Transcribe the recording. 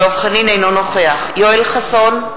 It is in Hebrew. אינו נוכח יואל חסון,